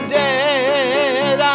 dead